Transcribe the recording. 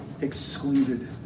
excluded